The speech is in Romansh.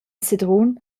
sedrun